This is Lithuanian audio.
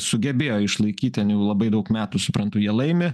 sugebėjo išlaikyt ten jau labai daug metų suprantu jie laimi